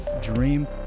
dream